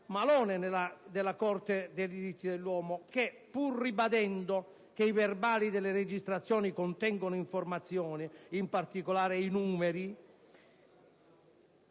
Malone della Corte europea dei diritti dell'uomo, che, pur ribadendo che «i verbali delle registrazioni contengono informazioni, in particolare soltanto